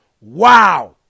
Wow